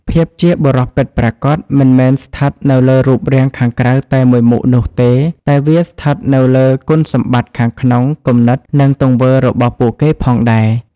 ភាពជាបុរសពិតប្រាកដមិនមែនស្ថិតនៅលើរូបរាងខាងក្រៅតែមួយមុខនោះទេ តែវាស្ថិតនៅលើគុណសម្បត្តិខាងក្នុង គំនិត និងទង្វើរបស់ពួកគេផងដែរ។